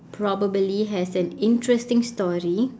probably has an interesting story